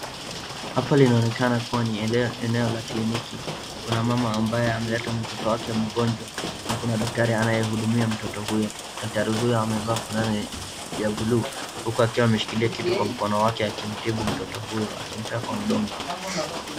Hapa linaonekana kuwa ni eneo la kliniki, kuna mama ambaye ameleta mtoto wake mgonjwa na kuna daktari anayehudumia mtoto huyo. Daktari huyo amevaa fulani ya buluu uku akiwa ameshikilia kitu kwa mkono wake akimtibu mtoto huyo akimpea kwa mdomo.